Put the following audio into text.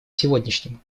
сегодняшнему